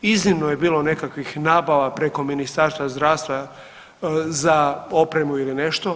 Iznimno je bilo nekakvih nabava preko Ministarstva zdravstva za opremu ili nešto.